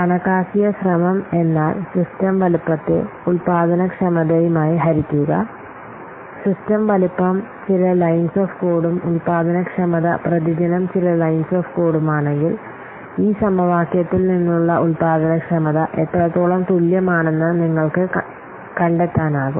കണക്കാക്കിയ ശ്രമം സിസ്റ്റം വലുപ്പം ഉൽപാദനക്ഷമത സിസ്റ്റം വലുപ്പം ചില ലൈൻസ് ഓഫ് കോഡും ഉൽപാദനക്ഷമത പ്രതിദിനം ചില ലൈൻസ് ഓഫ് കോഡുമാണെങ്കിൽ ഈ സമവാക്യത്തിൽ നിന്നുള്ള ഉൽപാദനക്ഷമത എത്രത്തോളം തുല്യമാണെന്ന് നിങ്ങൾക്ക് കണ്ടെത്താനാകും